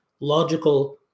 logical